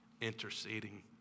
interceding